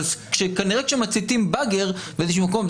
אבל כנראה כאשר מציתים באגר באיזשהו מקום,